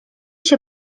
się